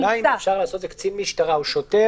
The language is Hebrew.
השאלה אם אפשר לעשות את זה קצין משטרה או שוטר.